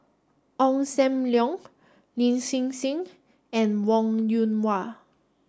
Ong Sam Leong Lin Hsin Hsin and Wong Yoon Wah